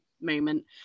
moment